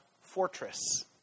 fortress